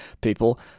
people